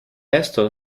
esto